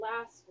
last